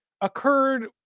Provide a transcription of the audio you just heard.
occurred